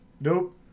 Nope